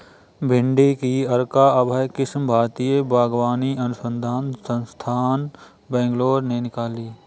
भिंडी की अर्का अभय किस्म भारतीय बागवानी अनुसंधान संस्थान, बैंगलोर ने निकाली